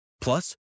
Plus